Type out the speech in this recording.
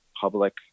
public